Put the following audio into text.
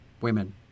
women